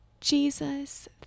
Jesus